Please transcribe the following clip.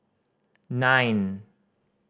nine